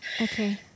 Okay